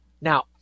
Now